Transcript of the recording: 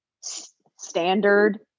standard